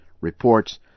reports